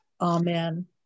Amen